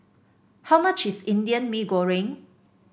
how much is Indian Mee Goreng